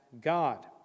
God